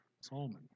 Solomon